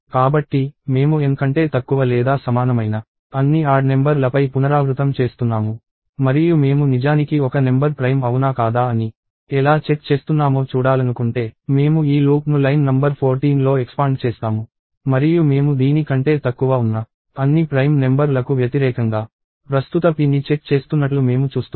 కాబట్టి మేము N కంటే తక్కువ లేదా సమానమైన అన్ని ఆడ్ నెంబర్ లపై పునరావృతం చేస్తున్నాము మరియు మేము నిజానికి ఒక నెంబర్ ప్రైమ్ అవునా కాదా అని ఎలా చెక్ చేస్తున్నామో చూడాలనుకుంటే మేము ఈ లూప్ను లైన్ నంబర్ 14 లో ఎక్స్పాండ్ చేస్తాము మరియు మేము దీని కంటే తక్కువ ఉన్న అన్ని ప్రైమ్ నెంబర్ లకు వ్యతిరేకంగా ప్రస్తుత pని చెక్ చేస్తున్నట్లు మేము చూస్తున్నాము